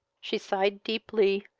she sighed deeply,